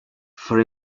for